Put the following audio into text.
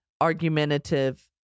argumentative